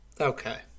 Okay